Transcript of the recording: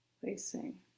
placing